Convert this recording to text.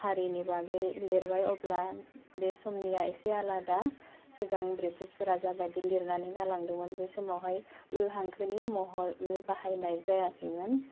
हारिनि बागै लिरबाय अब्ला बे समनिया एसे आलादा सिगां बृटिसफोरा जाबादि लिरनानै गालांदोंमोन बे समावहाय ओ हांखोनि महर ओ बाहाय जायाखैमोन